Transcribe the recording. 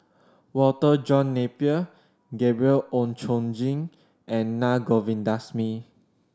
Walter John Napier Gabriel Oon Chong Jin and Na Govindasamy